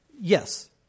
Yes